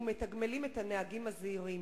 ומתגמלים את הנהגים הזהירים.